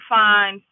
find